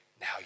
now